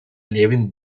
левин